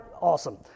awesome